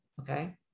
Okay